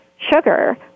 sugar